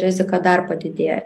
rizika dar padidėja